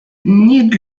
ned